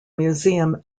museum